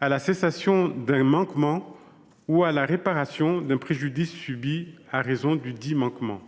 à la cessation d’un manquement ou à la réparation d’un préjudice subi à raison dudit manquement.